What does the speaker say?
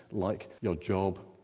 like your job,